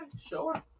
sure